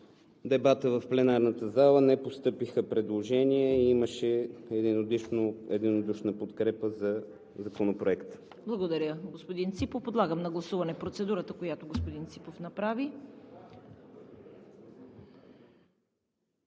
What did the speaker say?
дебата в пленарната зала не постъпиха предложения и имаше единодушна подкрепа за него. ПРЕДСЕДАТЕЛ ЦВЕТА КАРАЯНЧЕВА: Благодаря, господин Ципов. Подлагам на гласуване процедурата, която господин Ципов направи.